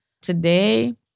Today